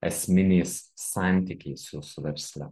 esminiais santykiais jūsų versle